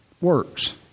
works